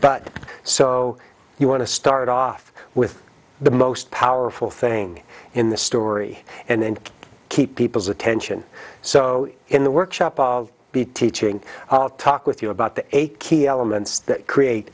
but so you want to start off with the most powerful thing in the story and keep people's attention so in the workshop be teaching i'll talk with you about the eight key elements that create